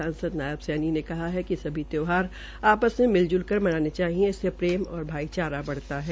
सांसद नायब सैनी ने कहा कि सभी त्यौहार आपस में मिलज्ल कर मनाने चाहिये इससे प्रेम और भाईचारा बढ़ता है